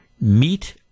meet